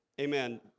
amen